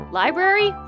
library